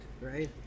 right